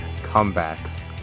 comebacks